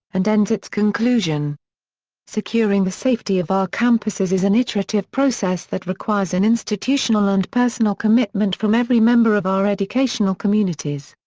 and ends its conclusion securing the safety of our campuses is an iterative process that requires an institutional and personal commitment from every member of our educational communities.